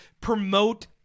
promote